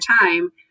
time